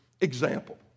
example